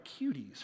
cuties